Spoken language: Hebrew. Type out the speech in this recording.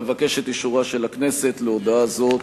אבקש את אישורה של הכנסת להודעה זו.